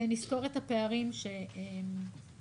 ונסקור את הפערים שקיימים.